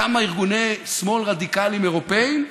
כמה ארגוני שמאל רדיקליים אירופיים,